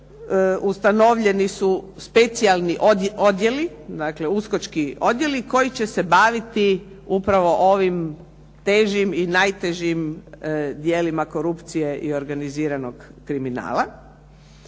ustanovljeni su specijalni odjeli, dakle uskočki odjeli koji će se baviti upravo ovim težim i najtežim djelima korupcije i organiziranog kriminala